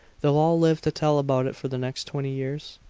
they'll all live to tell about it for the next twenty years.